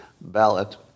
ballot